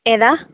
ഏതാണ്